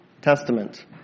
Testament